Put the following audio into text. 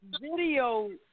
video